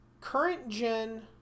Current-gen